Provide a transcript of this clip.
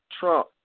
Trump